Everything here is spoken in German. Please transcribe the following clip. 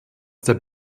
der